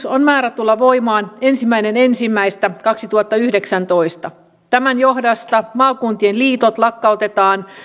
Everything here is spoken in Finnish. on määrä tulla voimaan ensimmäinen ensimmäistä kaksituhattayhdeksäntoista tämän johdosta maakuntien liitot lakkautetaan